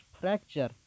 fracture